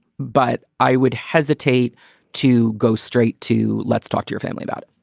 but i would hesitate to go straight to. let's talk to your family about it.